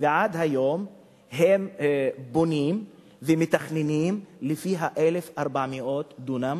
ועד היום הם בונים ומתכננים לפי 1,400 הדונם,